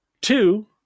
two